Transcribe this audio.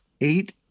eight